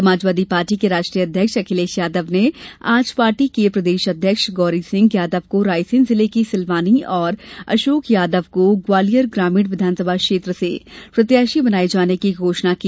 Samajwadi party के राष्ट्रीय अध्यक्ष अखिलेश यादव ने आज पार्टी के प्रदेश अध्यक्ष गौरीसिंह यादव को रायसेन जिले की सिलवानी और अशोक यादव को ग्वालियर ग्रामीण विधानसभा क्षेत्र से प्रत्याशी बनाये जाने की घोषणा की